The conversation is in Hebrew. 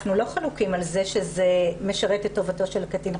אנחנו לא חלוקים על כך שזה משרת את טובתו של הקטין,